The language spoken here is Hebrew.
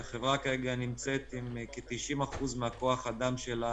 שהחברה כרגע נמצאת עם כ-90% מכוח האדם שלה